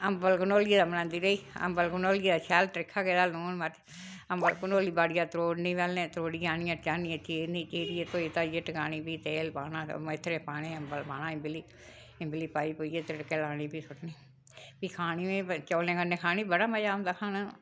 अंबल कंडेलियै दा बनांदी रेही अंबल कंडोलियै शैल त्रिक्खा जेहा लून मरच अंबल कंडोली बाड़िया त्रोड़नी पैह्ले त्रोरड़ियै आह्नियै चाढ़नी चीरनी चीरियै धोइयै धाइयै टकानी फ्ही तेल पाना मेथरे पाने अंबल पाना इंबली इंबली पाई पुइयै तिड़कै लानी बिच्च सुट्टनी फ्ही खानी फ्ही चौलें कन्नै खानी बड़ा मज़ा औंदा खाने दा